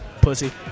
Pussy